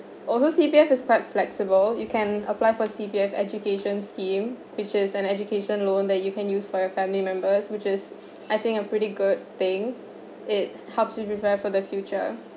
also C_P_F is quite flexible you can apply for C_P_F education scheme which is an education loan that you can use for your family members which is I think a pretty good thing it helps you prepare for the future